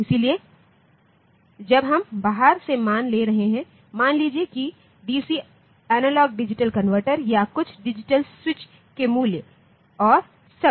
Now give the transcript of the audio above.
इसलिए जब हम बाहर से मान ले रहे हैंमान लीजिए कि डीसी एनालॉग डिजिटल कनवर्टर या कुछ डिजिटल स्विच के मूल्य और वह सब